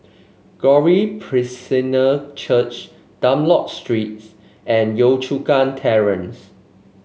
Glory Presbyterian Church Dunlop Streets and Yio Chu Kang Terrace